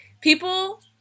People